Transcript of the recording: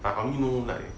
I only know like